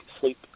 sleep